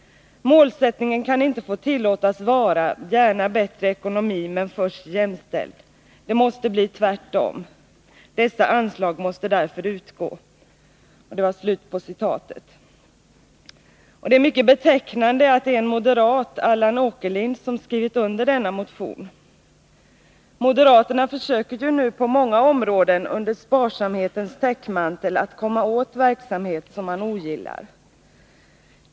Målsättningen kan inte få tillåtas vara ”gärna bättre ekonomi men först jämställd". Det måste bli tvärtom. Dessa anslag måste därför utgå!” Det är mycket betecknande att det är en moderat, Allan Åkerlind, som skrivit under denna motion. Moderaterna försöker ju nu på många områden, under sparsamhetens täckmantel, att komma åt verksamhet som man ogillar.